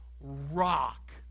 rock